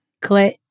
clit